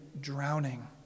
drowning